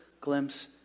glimpse